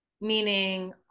Meaning